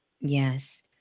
Yes